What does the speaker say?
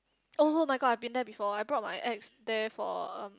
oh-my-god I've been there before I brought my ex there for a